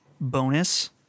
bonus